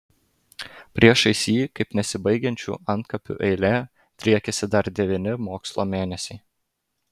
priešais jį kaip nesibaigiančių antkapių eilė driekėsi dar devyni mokslo mėnesiai